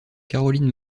caroline